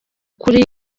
kuri